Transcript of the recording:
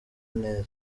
neza